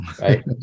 right